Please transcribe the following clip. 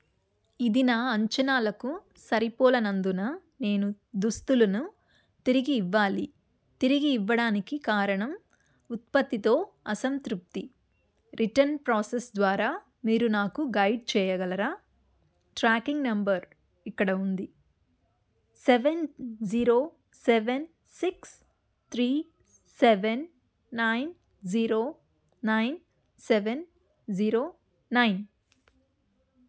ఇది నా అంచనాలకు సరిపోలనందున నేను దుస్తులను తిరిగి ఇవ్వాలి తిరిగి ఇవ్వడానికి కారణం ఉత్పత్తితో అసంతృప్తి రిటర్న్ ప్రోసెస్ ద్వారా మీరు నాకు గైడ్ చేయగలరా ట్రాకింగ్ నెంబర్ ఇక్కడ ఉంది seven zero seven six three seven nine zero nine seven zero nine